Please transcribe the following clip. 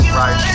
right